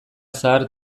zahar